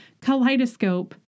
kaleidoscope